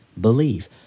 believe